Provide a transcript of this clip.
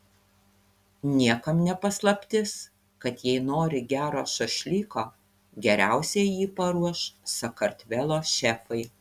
niekam ne paslaptis kad jei nori gero šašlyko geriausiai jį paruoš sakartvelo šefai